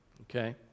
okay